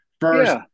first